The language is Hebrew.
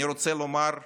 אני רוצה לומר תודה,